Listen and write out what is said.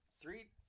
three